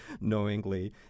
knowingly